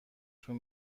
طول